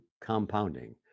compounding